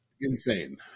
insane